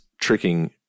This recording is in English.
tricking